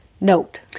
note